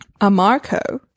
Amarco